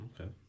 Okay